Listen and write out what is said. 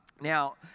Now